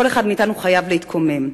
כל אחד מאתנו חייב להתקומם,